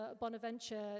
Bonaventure